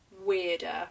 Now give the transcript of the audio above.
weirder